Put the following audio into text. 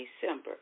December